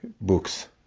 books